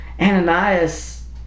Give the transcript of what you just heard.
Ananias